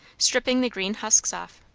stripping the green husks off.